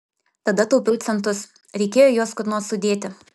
tada taupiau centus reikėjo juos kur nors sudėti